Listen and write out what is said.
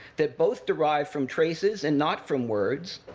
that both derive from traces and not from words,